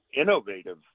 innovative